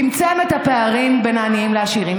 צמצם את הפערים בין העניים לעשירים.